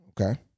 Okay